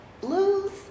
Blues